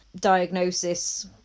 diagnosis